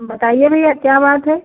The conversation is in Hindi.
बताइए भैया क्या बात है